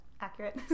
accurate